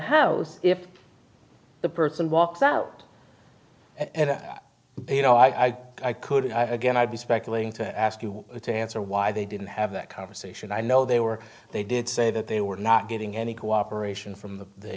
house if the person walked out and you know i couldn't i again i'd be speculating to ask you to answer why they didn't have that conversation i know they were they did say that they were not getting any cooperation from the